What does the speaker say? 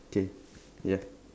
K ya